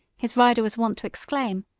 his rider was wont to exclaim,